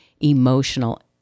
emotional